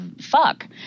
fuck